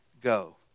go